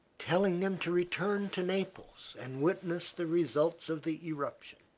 telling them to return to naples and witness the results of the eruption.